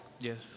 Yes